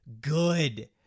good